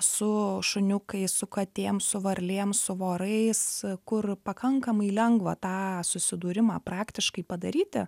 su šuniukais su katėm su varlėm su vorais kur pakankamai lengva tą susidūrimą praktiškai padaryti